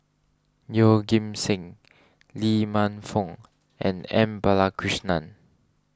Yeoh Ghim Seng Lee Man Fong and M Balakrishnan